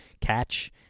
catch